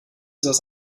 saß